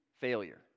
failure